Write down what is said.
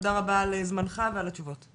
תודה רבה על זמנך ועל התשובות.